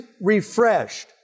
refreshed